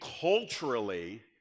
culturally